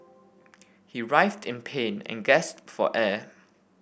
he writhed in pain and gasped for air